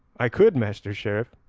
i could, master sheriff,